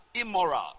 immoral